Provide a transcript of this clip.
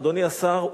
אדוני השר,